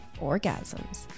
orgasms